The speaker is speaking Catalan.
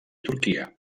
turquia